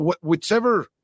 Whichever